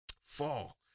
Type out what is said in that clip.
fall